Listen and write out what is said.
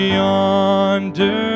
yonder